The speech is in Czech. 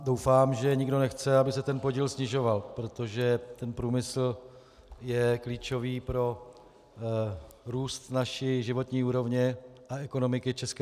Doufám, že nikdo nechce, aby se podíl snižoval, protože průmysl je klíčový pro růst naší životní úrovně a ekonomiky ČR.